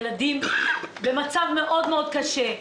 ילדים במצב מאוד מאוד קשה.